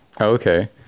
Okay